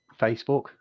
Facebook